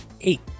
Eight